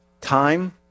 Time